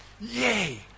Yay